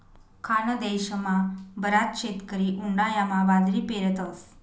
खानदेशमा बराच शेतकरी उंडायामा बाजरी पेरतस